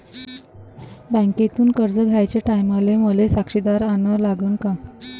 बँकेतून कर्ज घ्याचे टायमाले मले साक्षीदार अन लागन का?